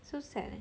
so sad leh